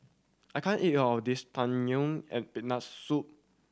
I can't eat all of this Tang Yuen with Peanut Soup